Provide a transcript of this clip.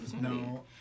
No